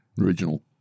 original